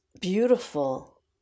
beautiful